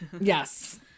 Yes